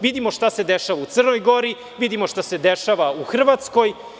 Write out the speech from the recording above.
Vidimo šta se dešava u Crnoj Gori, vidimo šta se dešava u Hrvatskoj.